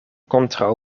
kontraŭ